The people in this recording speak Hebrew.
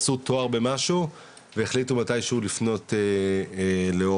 עשו תואר במשהו והחליטו מתי שהוא לפנות להוראה.